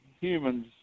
humans